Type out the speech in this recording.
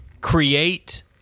create